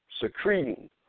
Secreting